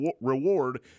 reward